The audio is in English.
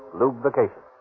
lubrication